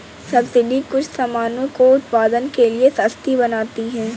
subsidy कुछ सामानों को उत्पादन के लिए सस्ती बनाती है